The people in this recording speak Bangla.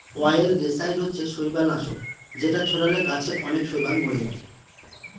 অয়েলগেসাইড হচ্ছে শৈবাল নাশক যেটা ছড়ালে গাছে অনেক শৈবাল মোরে যায়